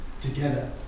together